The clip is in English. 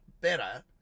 better